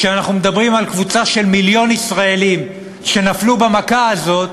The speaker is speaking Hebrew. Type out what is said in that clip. כשאנחנו מדברים על קבוצה של מיליון ישראלים שנפלו במכה הזאת,